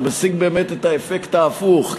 זה משיג באמת את האפקט ההפוך,